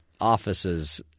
offices